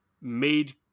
made